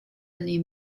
leave